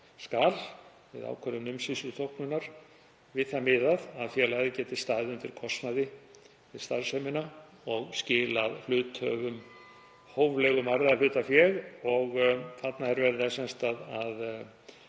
skal við ákvörðun umsýsluþóknunar við það miðað að félagið geti staðið undir kostnaði við starfsemina og skilað hluthöfum hóflegum arði af hlutafé. Þarna er verið að leggja til að